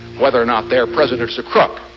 whether or not their president's a crook.